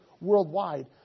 worldwide